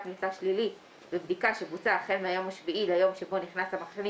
ממצא שלילי בבדיקה שבוצעה החל מהיום השביעי ליום שבו נכנס המחלים